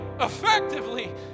effectively